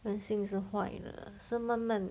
人性是坏的是慢慢